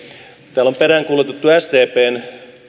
täällä on peräänkuulutettu sdpn